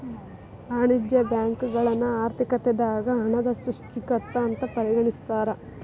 ವಾಣಿಜ್ಯ ಬ್ಯಾಂಕುಗಳನ್ನ ಆರ್ಥಿಕತೆದಾಗ ಹಣದ ಸೃಷ್ಟಿಕರ್ತ ಅಂತ ಪರಿಗಣಿಸ್ತಾರ